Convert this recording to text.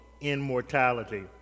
immortality